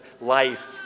life